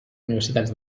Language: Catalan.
universitats